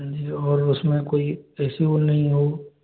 हाँ जी और उसमे कोई ऐसी वो नहीं हो